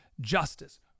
justice